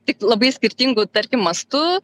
tik labai skirtingų tarkim mastu